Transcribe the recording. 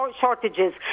shortages